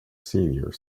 senior